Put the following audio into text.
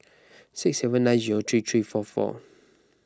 six seven nine zero three three four four